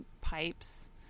pipes